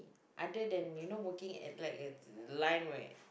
other than you know working at black it's line way